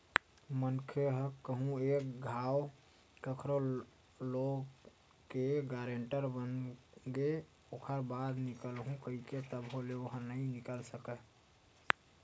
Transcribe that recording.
मनखे ह कहूँ एक घांव कखरो लोन के गारेंटर बनगे ओखर बाद निकलहूँ कइही तभो ले ओहा नइ निकल सकय